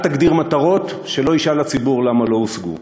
אל תגדיר מטרות, שלא ישאל הציבור למה לא הושגו.